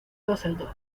düsseldorf